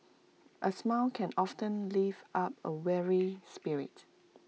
A smile can often lift up A weary spirit